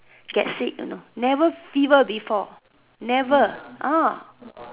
get sick you know never fever before never ah